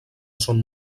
són